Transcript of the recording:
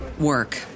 work